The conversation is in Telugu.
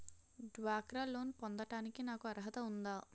డ్వాక్రా లోన్ పొందటానికి నాకు అర్హత ఉందా?